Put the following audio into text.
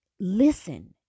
listen